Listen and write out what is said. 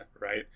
right